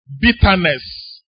bitterness